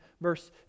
verse